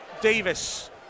Davis